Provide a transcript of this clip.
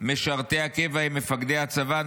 משרתי הקבע הם מפקדי הצבא,